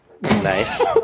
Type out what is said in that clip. nice